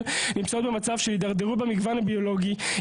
נמצאות במצב של הידרדרות במגוון הביולוגי,